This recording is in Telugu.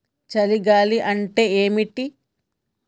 చలి గాలి అంటే ఏమిటి?